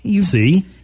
See